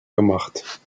gemacht